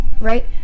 right